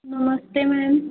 नमस्ते मैम